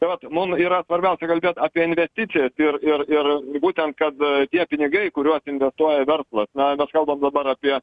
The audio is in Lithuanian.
tai vat mum yra svarbiausia kalbėt apie investicijas ir ir ir būtent kad tie pinigai kuriuos investuoja verslas na mes kalbam dabar apie